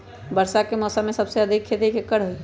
वर्षा के मौसम में सबसे अधिक खेती केकर होई?